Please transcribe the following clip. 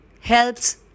Helps